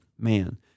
man